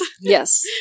Yes